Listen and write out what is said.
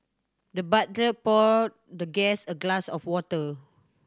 the butler poured the guest a glass of water